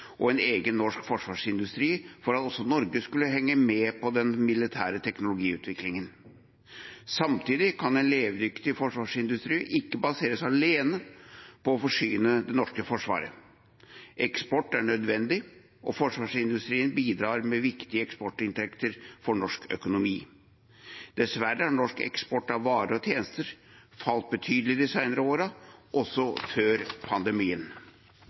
og en egen norsk forsvarsindustri, for at også Norge skulle henge med på den militære teknologiutviklingen. Samtidig kan en levedyktig forsvarsindustri ikke baseres alene på å forsyne det norske forsvaret. Eksport er nødvendig, og forsvarsindustrien bidrar med viktige eksportinntekter for norsk økonomi. Dessverre har norsk eksport av varer og tjenester falt betydelig de senere årene, også før pandemien.